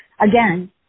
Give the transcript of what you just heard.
again